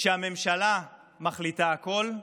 שהממשלה מחליטה הכול,